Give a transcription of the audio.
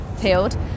peeled